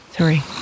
Three